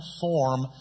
form